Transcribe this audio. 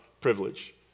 privilege